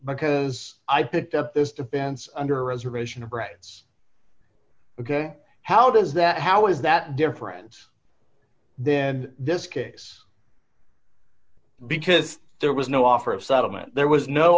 because i picked up this defense under reservation of rights ok how does that how is that different then this case because there was no offer of settlement there was no